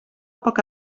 poc